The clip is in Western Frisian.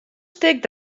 stik